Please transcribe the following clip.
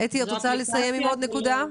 אתי, את רוצה לסיים עם עוד נקודה?